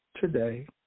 today